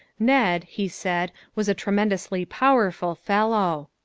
ned, he said was a tremendously powerful fellow.